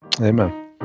Amen